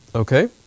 Okay